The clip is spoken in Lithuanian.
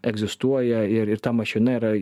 egzistuoja ir ir ta mašina yra